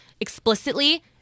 explicitly